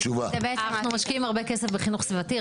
אנחנו משקיעים הרבה כסף בחינוך סביבתי.